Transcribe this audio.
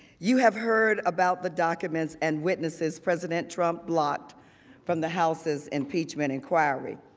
you have heard about the documents and witnesses president trump blocked from the house's impeachment inquiry.